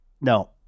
No